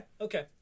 okay